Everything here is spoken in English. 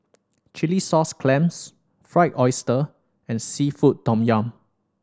chilli sauce clams Fried Oyster and seafood tom yum